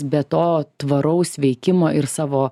be to tvaraus veikimo ir savo